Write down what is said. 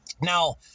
now